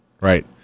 Right